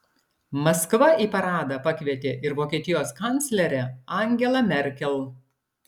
maskva į paradą pakvietė ir vokietijos kanclerę angelą merkel